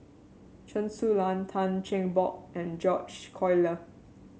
Chen Su Lan Tan Cheng Bock and George Collyer